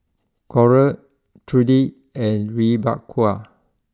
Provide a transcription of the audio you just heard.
Coral Trudy and Rebekah